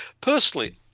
Personally